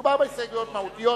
בהסתייגויות מהותיות.